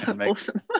Awesome